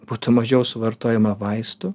būtų mažiau suvartojama vaistų